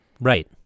right